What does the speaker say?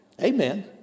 Amen